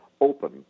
open